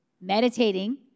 meditating